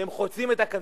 והם חוצים את הקווים,